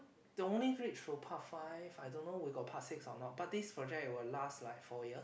they only reach to part five I don't know we got part six or not but this project will last like four years